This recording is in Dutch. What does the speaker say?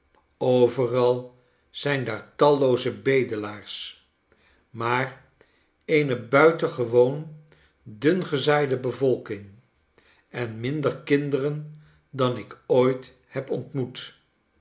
overal zijn daar tallooze bedelaars maar eene buitengewoon dungezaaide bevolking en minder kinderen dan ik ooit heb ontmoet